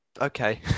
okay